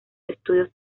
estudios